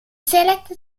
select